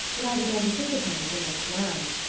that i began to think of him as an old man.